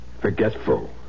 forgetful